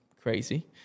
crazy